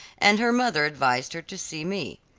and her mother advised her to see me.